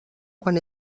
quan